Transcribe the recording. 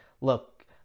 look